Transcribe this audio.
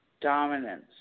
dominance